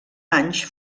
anys